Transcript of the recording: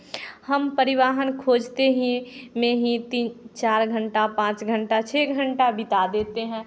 हम परिवहन खोजते ही में ही तीन चार घंटा पाँच घंटा छः घंटा बिता देते हैं